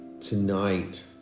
tonight